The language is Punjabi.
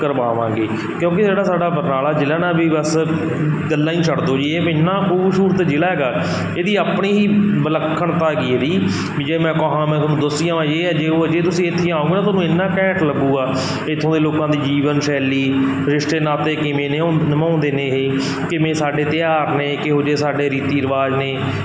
ਕਰਵਾਵਾਂਗੇ ਕਿਉਂਕਿ ਜਿਹੜਾ ਸਾਡਾ ਬਰਨਾਲਾ ਜ਼ਿਲ੍ਹਾ ਨਾ ਵੀ ਬਸ ਗੱਲਾਂ ਹੀ ਛੱਡ ਦਿਓ ਜੀ ਇਹ ਇੰਨਾਂ ਖੁਬਸੂਰਤ ਜ਼ਿਲ੍ਹਾ ਹੈਗਾ ਇਹਦੀ ਆਪਣੀ ਹੀ ਵਿਲੱਖਣਤਾ ਹੈਗੀ ਇਹਦੀ ਵੀ ਜੇ ਮੈਂ ਕਹਾਂ ਮੈਂ ਤੁਹਾਨੂੰ ਦੱਸੀਆਂ ਵਾ ਇਹ ਜੇ ਉਹ ਜੇ ਤੁਸੀਂ ਇੱਥੇ ਆਉਂਗੇ ਨਾ ਤੁਹਾਨੂੰ ਇੰਨਾਂ ਘੈਂਟ ਲੱਗੇਗਾ ਇਥੋਂ ਦੇ ਲੋਕਾਂ ਦੇ ਜੀਵਨ ਸ਼ੈਲੀ ਰਿਸ਼ਤੇ ਨਾਤੇ ਕਿਵੇਂ ਨੇ ਉਹ ਨਿਭਾਉਂਦੇ ਨੇ ਇਹ ਕਿਵੇਂ ਸਾਡੇ ਤਿਉਹਾਰ ਨੇ ਕਿਹੋ ਜਿਹੇ ਸਾਡੇ ਰੀਤੀ ਰਿਵਾਜ਼ ਨੇ